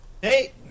hey